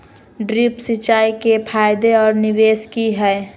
Drip सिंचाई के फायदे और निवेस कि हैय?